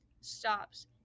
stops